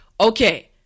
Okay